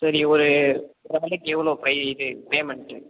சரி ஒரு ஒரு ஆளுக்கு எவ்வளோ பை இது பேமெண்ட்